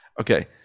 Okay